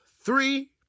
three